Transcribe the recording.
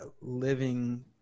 living